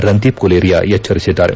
ರಂದೀಪ್ ಗುಲೇರಿಯಾ ಎಚ್ಚರಿಸಿದ್ದಾರೆ